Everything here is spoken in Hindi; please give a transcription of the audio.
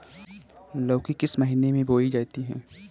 लौकी किस महीने में बोई जाती है?